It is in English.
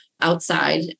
outside